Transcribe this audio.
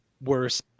worse